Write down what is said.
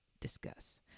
Discuss